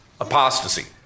apostasy